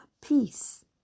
peace